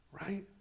Right